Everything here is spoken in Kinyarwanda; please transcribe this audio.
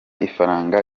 ifaranga